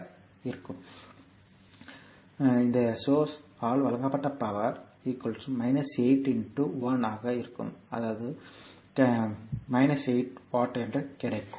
எனவே என்ன அழைப்பு இந்த சோர்ஸ் ஆல் வழங்கப்பட்ட பவர் 8 1 ஆக இருக்கும் 8 வாட் என்பதாகும்